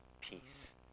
peace